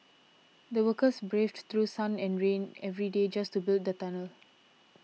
the workers braved through sun and rain every day just to build the tunnel